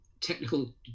technical